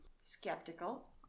Skeptical